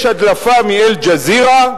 יש הדלפה מ"אל-ג'זירה",